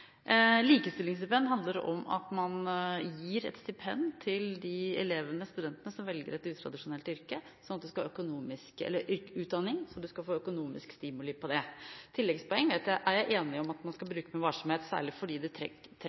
Likestillingsstipend handler om at man gir et stipend til de elevene/studentene som velger en utradisjonell utdanning, at man slik skal få økonomisk stimuli. Når det gjelder tilleggspoeng, er jeg enig i at man skal bruke det med varsomhet, særlig fordi det